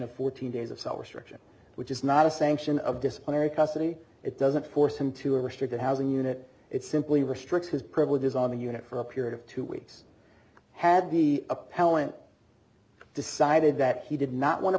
of fourteen days of cell restriction which is not a sanction of disciplinary custody it doesn't force him to a restricted housing unit it simply restricts his privileges on the unit for a period of two weeks had the appellant decided that he did not want to